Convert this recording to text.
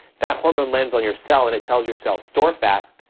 that hormone lands on your cell and it tells your cell store fat,